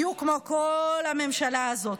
בדיוק כמו כל הממשלה הזאת,